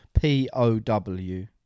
P-O-W